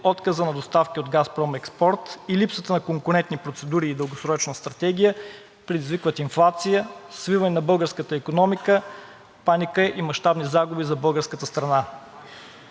отказа на доставки от „Газпром Експорт“ и липсата на конкурентни процедури и дългосрочна стратегия, предизвикват инфлация, свиване на българската икономиката, паника и мащабни загуби за българската страна.